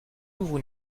ouvre